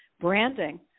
branding